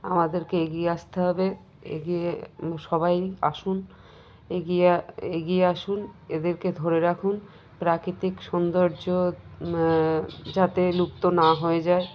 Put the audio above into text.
আমাদেরকে এগিয়ে আসতে হবে এগিয়ে সবাই আসুন এগিয়ে এগিয়ে আসুন এদেরকে ধরে রাখুন প্রাকৃতিক সৌন্দর্য যাতে লুপ্ত না হয়ে যায়